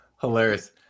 hilarious